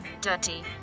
dirty